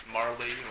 Marley